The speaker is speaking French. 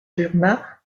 burma